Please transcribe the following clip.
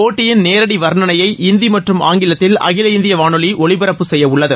போட்டியின் நேரடி வர்ணனையை இந்தி மற்றம் ஆங்கிலத்தில் அகில இந்திய வானொலி ஒலிபரப்பு செய்யவுள்ளது